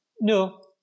no